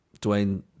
Dwayne